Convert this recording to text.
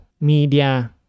media